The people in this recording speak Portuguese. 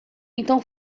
então